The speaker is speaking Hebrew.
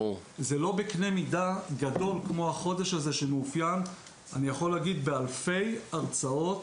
זה לא בקנה מידה גדול כמו החודש הזה שמאופיין באלפי הרצאות.